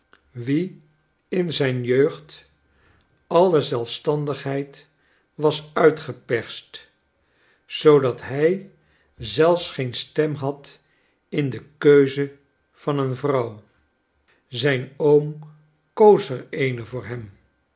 wien in zijn jeugd alle zelfstandigheid was uitgeperst zoodat hij zelfs geen stem had in de keuze van een vrouw zijn oom koos er eene voor hem